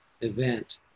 Event